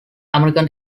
american